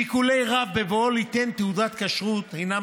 שיקולי רב בבואו ליתן תעודת כשרות הינם